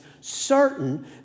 certain